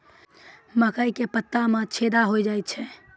मकर के पत्ता मां छेदा हो जाए छै?